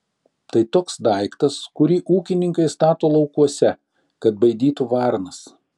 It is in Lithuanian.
tai toks daiktas kurį ūkininkai stato laukuose kad baidytų varnas